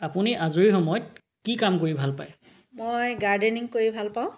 আপুনি আজৰি সময়ত কি কাম কৰি ভাল পায় মই গাৰ্ডেনিং কৰি ভাল পাওঁ